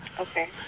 Okay